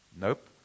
Nope